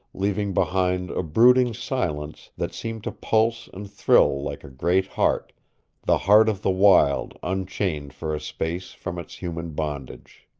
leaving behind a brooding silence that seemed to pulse and thrill like a great heart the heart of the wild unchained for a space from its human bondage.